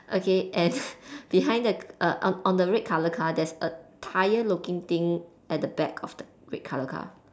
okay and behind the uh on on the red colour car there's a tyre looking thing at the back of the red colour car